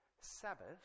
Sabbath